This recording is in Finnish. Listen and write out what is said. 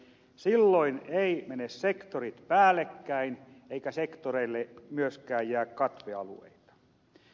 silloin eivät mene sektorit päällekkäin eikä sektoreille myöskään jää katvealueita